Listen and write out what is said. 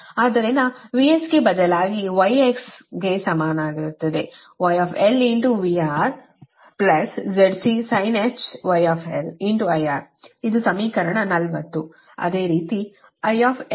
ಆದ್ದರಿಂದ VS ಗೆ ಬದಲಾಗಿ γx ಗೆ ಸಮನಾಗಿರುತ್ತದೆ γl VRZCsinh γl IR ಇದು ಸಮೀಕರಣ 40